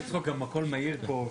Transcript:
גם הכל מהיר פה.